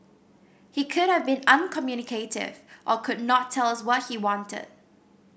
he could have been uncommunicative or could not tell us what he wanted